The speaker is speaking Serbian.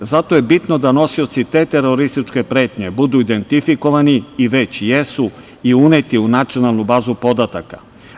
Zato je bitno da nosioci te terorističke pretnje budu identifikovani, i već jesu, i uneti u nacionalnu bazu podataka.